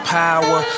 power